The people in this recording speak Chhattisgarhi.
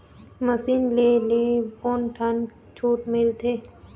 मशीन ले ले कोन ठन छूट मिलथे?